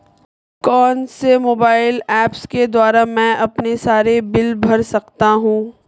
कौनसे mobile apps के द्वारा मैं अपने सारे बिल भर सकता हूं?